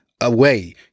away